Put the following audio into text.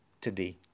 today